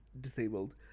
disabled